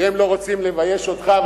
כי הם לא רוצים לבייש אותך,